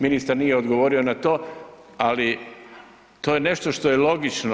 Ministar nije odgovorio na to, ali to je nešto što je logično.